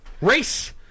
Race